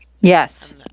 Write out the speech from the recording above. Yes